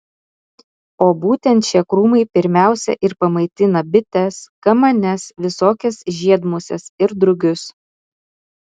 o būtent šie krūmai pirmiausia ir pamaitina bites kamanes visokias žiedmuses ir drugius